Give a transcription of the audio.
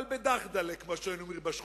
אבל בדרדל'ה, כמו שהיינו אומרים בשכונה,